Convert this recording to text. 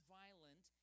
violent